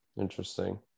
Interesting